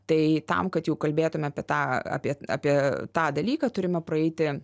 tai tam kad jau kalbėtume apie tą apie apie tą dalyką turime praeiti